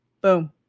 boom